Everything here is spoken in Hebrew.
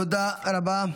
תודה רבה.